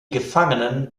gefangenen